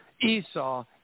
Esau